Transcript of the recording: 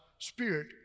spirit